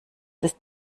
ist